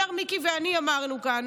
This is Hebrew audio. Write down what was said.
מיקי ואני ישר אמרנו כאן